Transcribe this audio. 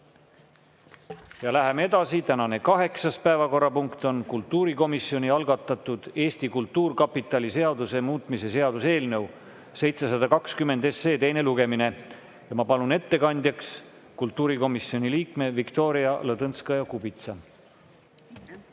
Läheme edasi. Tänane kaheksas päevakorrapunkt on kultuurikomisjoni algatatud Eesti Kultuurkapitali seaduse muutmise seaduse eelnõu 720 teine lugemine ja ma palun ettekandjaks kultuurikomisjoni liikme Viktoria Ladõnskaja-Kubitsa.